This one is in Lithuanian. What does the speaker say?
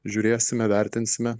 žiūrėsime vertinsime